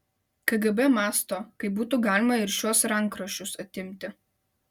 kgb mąsto kaip būtų galima ir šiuos rankraščius atimti